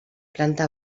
planta